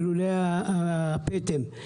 ללולי הפטם.